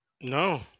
No